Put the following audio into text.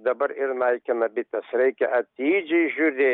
dabar ir naikina bites reikia atidžiai žiūrė